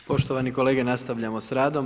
Poštovani kolege nastavljamo s radom.